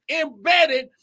embedded